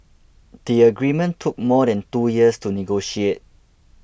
the agreement took more than two years to negotiate